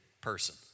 person